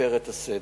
ומפר את הסדר,